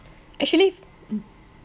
actually mm